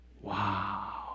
Wow